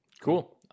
Cool